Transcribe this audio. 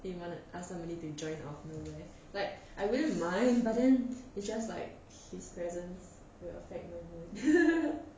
then you want ask somebody to join afternoon meh like I wouldn't mind but then it's just like his presence will affect the mood